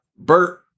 Bert